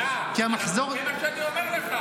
כי המחזור --- זה מה שאני אומר לך.